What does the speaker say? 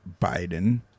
Biden